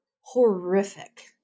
horrific